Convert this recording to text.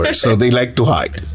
they so they like to hide.